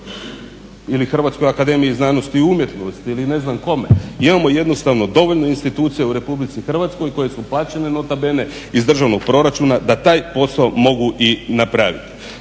Ili Hrvatskoj akademiji znanosti i umjetnosti ili ne znam kome. Imamo jednostavno dovoljno institucija u Republici Hrvatskoj koje su plaćene nota bene iz državnog proračuna da taj posao mogu i napraviti.